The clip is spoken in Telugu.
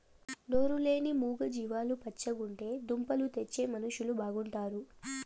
నోరు లేని మూగ జీవాలు పచ్చగుంటే దుంపలు తెచ్చే మనుషులు బాగుంటారు